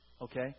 Okay